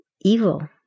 evil